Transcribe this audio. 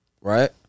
right